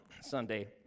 Sunday